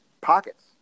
pockets